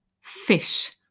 fish